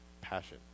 passion